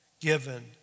given